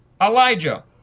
Elijah